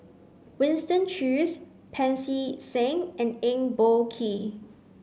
Winston Choos Pancy Seng and Eng Boh Kee